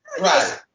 Right